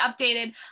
updated